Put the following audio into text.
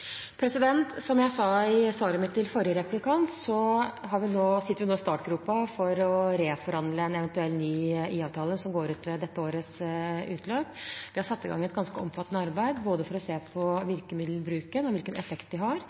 Som jeg sa i svaret mitt til forrige replikant, sitter vi nå i startgropen for å reforhandle en eventuell ny IA-avtale. Nåværende IA-avtale går ut ved dette årets utløp. Vi har satt i gang et ganske omfattende arbeid for å se på virkemiddelbruken og hvilken effekt det har.